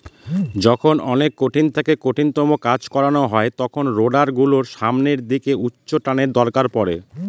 যখন অনেক কঠিন থেকে কঠিনতম কাজ করানো হয় তখন রোডার গুলোর সামনের দিকে উচ্চটানের দরকার পড়ে